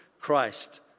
Christ